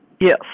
Yes